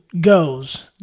goes